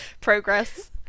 Progress